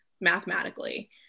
mathematically